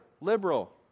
liberal